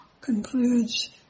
concludes